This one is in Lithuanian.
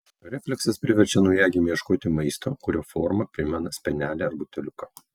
refleksas priverčia naujagimį ieškoti maisto kurio forma primena spenelį ar buteliuką